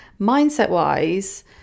mindset-wise